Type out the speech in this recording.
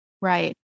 Right